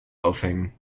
aufhängen